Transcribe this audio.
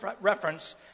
reference